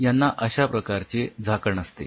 यांना अश्या प्रकारचे झाकण असते